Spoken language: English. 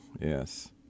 Yes